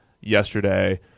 yesterday